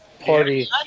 party